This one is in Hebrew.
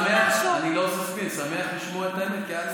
אני אמשיך לקרוא את התהילים שלי בחדר.